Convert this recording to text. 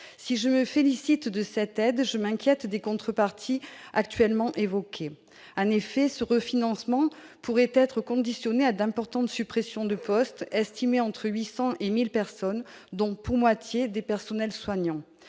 Si je me félicite de cette aide, je m'inquiète des contreparties actuellement évoquées. En effet, ce refinancement pourrait être conditionné à d'importantes suppressions de postes, estimées entre 800 et 1 000, qui concerneraient, pour moitié, des personnels soignants.